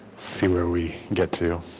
see where we get to